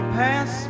pass